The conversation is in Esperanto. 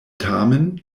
tamen